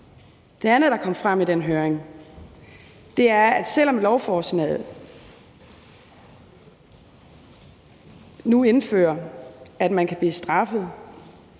Det andet, der kom frem i den høring, er, at selv om lovforslaget nu indfører, at man kan blive straffet,